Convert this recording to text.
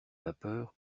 vapeur